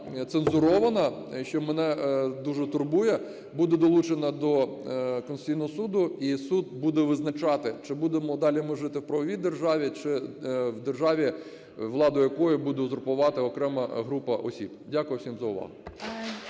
цензурована, що мене дуже турбує, буде долучена до Конституційного Суду, і суд буде визначати, чи будемо далі ми жити в правовій державі, чи в державі, владу якої буде узурпувати окрема група осіб. Дякую всім за увагу.